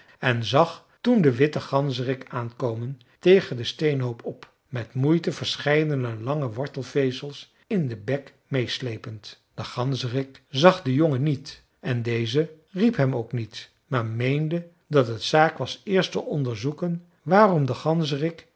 en zag toen den witten ganzerik aankomen tegen den steenhoop op met moeite verscheidene lange wortelvezels in den bek meêsleepend de ganzerik zag den jongen niet en deze riep hem ook niet maar meende dat het zaak was eerst te onderzoeken waarom de